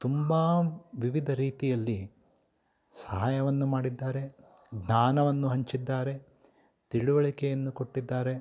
ತುಂಬ ವಿವಿಧ ರೀತಿಯಲ್ಲಿ ಸಹಾಯವನ್ನು ಮಾಡಿದ್ದಾರೆ ಜ್ಞಾನವನ್ನು ಹಂಚಿದ್ದಾರೆ ತಿಳುವಳಿಕೆಯನ್ನು ಕೊಟ್ಟಿದ್ದಾರೆ